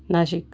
Nashik